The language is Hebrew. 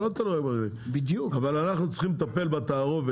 זה לא תלוי רק בחקלאים אבל אנחנו צריכים לטפל בתערובת,